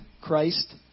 Christ